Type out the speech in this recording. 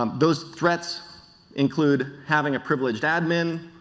um those threats include having a privileged admin,